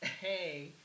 Hey